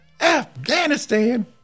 Afghanistan